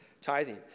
tithing